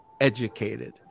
educated